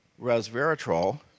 resveratrol